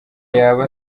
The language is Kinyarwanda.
yaba